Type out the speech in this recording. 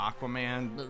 Aquaman